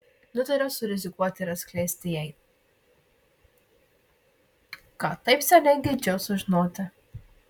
nutariau surizikuoti ir atskleisti jai ką taip seniai geidžiau sužinoti